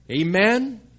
Amen